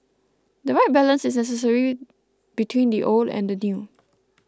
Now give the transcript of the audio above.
the right balance is necessary between the old and the new